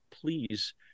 please